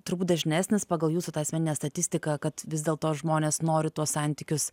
turbūt dažnesnis pagal jūsų tą asmeninę statistiką kad vis dėl to žmonės nori tuos santykius